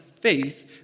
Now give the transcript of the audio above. faith